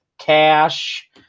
Cash